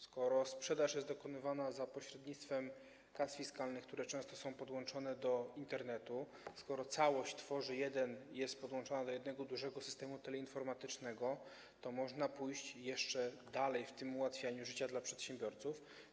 Skoro sprzedaż jest dokonywana za pośrednictwem kas fiskalnych, które często są podłączone do Internetu, skoro całość jest podłączona do jednego dużego systemu teleinformatycznego, to można by pójść jeszcze dalej w tym ułatwianiu życia przedsiębiorcom.